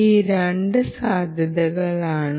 ഈ രണ്ട് സാധ്യതകളാണ്